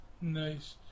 nice